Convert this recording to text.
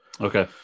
Okay